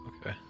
Okay